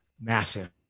massive